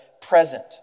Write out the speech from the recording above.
present